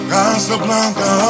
Casablanca